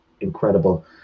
incredible